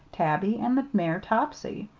tabby, and the mare topsy.